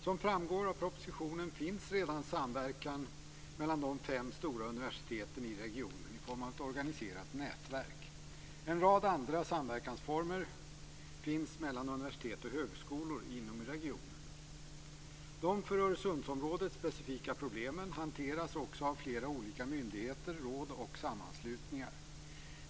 Som framgår av propositionen finns redan en samverkan mellan de fem stora universiteten i regionen i form av ett organiserat nätverk. En rad andra samverkansformer finns mellan universitet och högskolor inom regionen. De för Öresundsområdet specifika problemen hanteras också av flera olika myndigheter, råd och sammanslutningar.